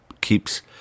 keeps